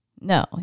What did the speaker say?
No